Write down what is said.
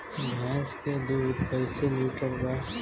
भैंस के दूध कईसे लीटर बा?